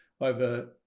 over